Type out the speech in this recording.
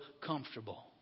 comfortable